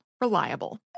Reliable